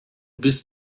bist